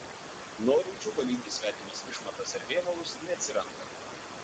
norinčių valyti svetimas išmatas ar vėmalus neatsiranda